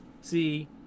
See